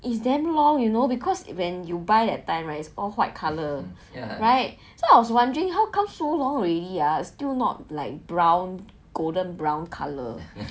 it's damn long you know because when you buy that time right all white colour right so I was wondering how come so long already ah still not like brown golden brown colour